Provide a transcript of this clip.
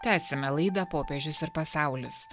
tęsiame laidą popiežius ir pasaulis